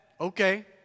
okay